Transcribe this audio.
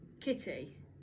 Kitty